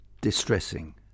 distressing